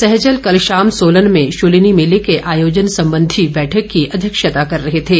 सहजल कल शाम सोलन में शूलिनी मेले के आयोजन संबंधी बैठक की अध्यक्षता कर रहे थे